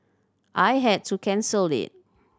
I had to cancel it